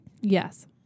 Yes